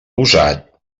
usat